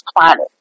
planet